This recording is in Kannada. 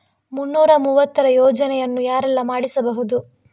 ಮುನ್ನೂರ ಮೂವತ್ತರ ಯೋಜನೆಯನ್ನು ಯಾರೆಲ್ಲ ಮಾಡಿಸಬಹುದು?